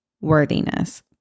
worthiness